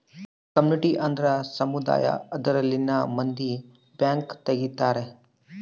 community ಅಂದ್ರ ಸಮುದಾಯ ಅದರಲ್ಲಿನ ಮಂದಿ ಬ್ಯಾಂಕ್ ತಗಿತಾರೆ